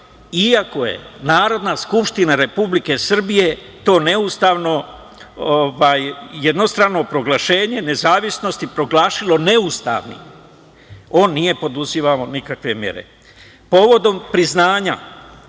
iako je Narodna skupština Republike Srbije, to neustavno jednostrano proglašenje, nezavisnosti proglasilo neustavnim, on nije preduzimao nikakve mere. Povodom priznanja